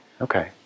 Okay